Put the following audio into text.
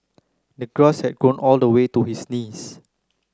the grass had grown all the way to his knees